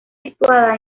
situada